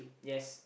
yes